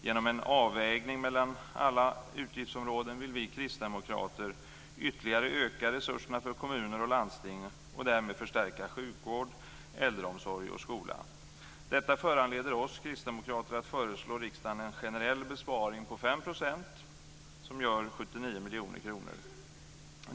Genom en avvägning mellan alla utgiftsområden vill vi kristdemokrater ytterligare öka resurserna för kommuner och landsting och därmed förstärka sjukvård, äldreomsorg och skola. Detta föranleder oss kristdemokrater att föreslå riksdagen en generell besparing på 5 %, som gör 79 miljoner kronor.